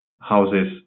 houses